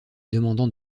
demandant